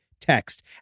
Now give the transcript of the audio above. text